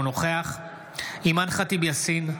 אינו נוכח אימאן ח'טיב יאסין,